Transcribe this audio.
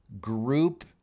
group